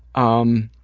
um,